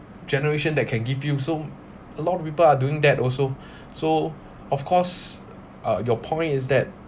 generation that can give you so a lot of people are doing that also so of course uh your point is that